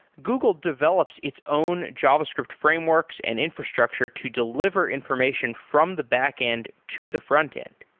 google develops its own javascript frameworks and infrastructure to deliver information from the backend to the frontend.